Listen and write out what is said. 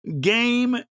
game